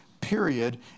period